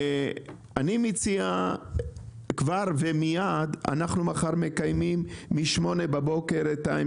אני מציע כבר ומיד: משמונה בבוקר ביום